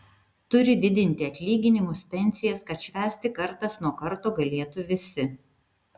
turi didinti atlyginimus pensijas kad švęsti kartas nuo karto galėtų visi